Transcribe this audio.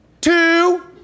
two